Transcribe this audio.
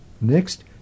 Next